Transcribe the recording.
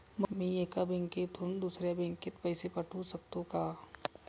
मी एका बँकेतून दुसऱ्या बँकेत पैसे पाठवू शकतो का?